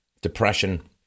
depression